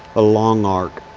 a long arc.